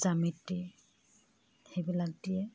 জ্যামিতি সেইবিলাক দিয়ে